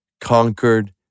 conquered